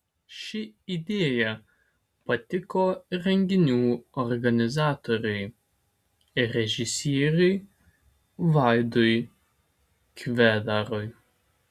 ši idėja patiko renginių organizatoriui režisieriui vaidui kvedarui